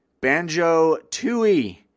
Banjo-Tooie